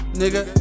nigga